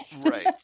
right